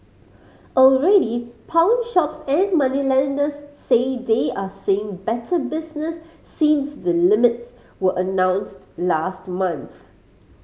already pawnshops and moneylenders say they are seeing better business since the limits were announced last month